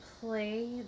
play